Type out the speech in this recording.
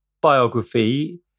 biography